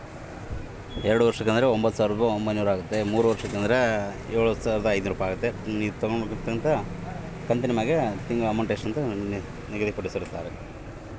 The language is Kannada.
ಎರಡು ಲಕ್ಷ ರೂಪಾಯಿಗೆ ಪ್ರತಿ ತಿಂಗಳಿಗೆ ಇ.ಎಮ್.ಐ ಎಷ್ಟಾಗಬಹುದು?